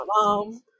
mom